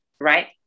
right